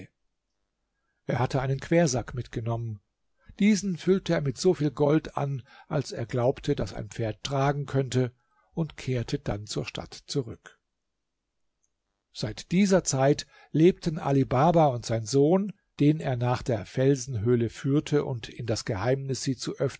er hatte einen quersack mitgenommen diesen füllte er mit so viel gold an als er glaubte daß ein pferd tragen könnte und kehrte dann zur stadt zurück seit dieser zeit lebten ali baba und sein sohn den er nach der felsenhöhle führte und in das geheimnis sie